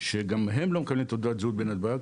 שגם הם לא מקבלים תעודת זהות בנתב"ג,